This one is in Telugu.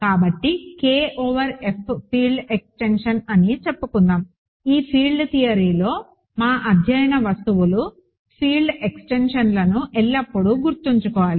కాబట్టి K over F field extension అని చెప్పుకుందాం ఈ ఫీల్డ్ థియరీలో మా అధ్యయన వస్తువులు ఫీల్డ్ ఎక్స్టెన్షన్లను ఎల్లప్పుడూ గుర్తుంచుకోవాలి